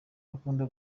akunda